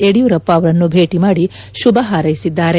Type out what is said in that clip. ಯಡಿಯೂರಪ್ಪ ಅವರನ್ನು ಭೇಟಿ ಮಾಡಿ ಶುಭ ಹಾರೈಸಿದ್ದಾರೆ